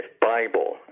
Bible